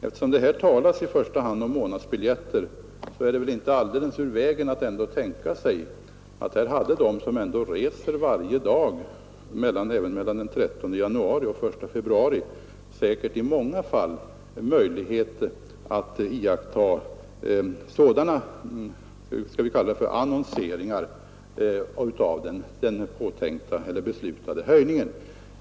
Då det här talas i första hand om månadsbiljetter är det väl inte alldeles ur vägen att tänka sig, att här hade de som reser varje dag i många fall möjligheter mellan den 13 januari och 1 februari att iaktta sådana annonseringar av den beslutade höjningen.